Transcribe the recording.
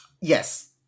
Yes